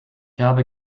habe